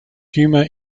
humour